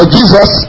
Jesus